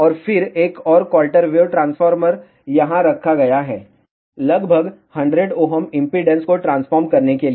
और फिर एक और क्वार्टर वेव ट्रांसफॉर्मर यहाँ रखा गया है लगभग 100 Ω इम्पीडेन्स को ट्रांसफॉर्म करने के लिए